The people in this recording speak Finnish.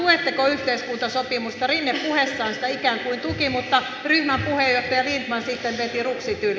rinne puheessaan sitä ikään kuin tuki mutta ryhmän puheenjohtaja lindtman sitten veti ruksit yli